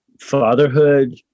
Fatherhood